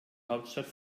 hauptstadt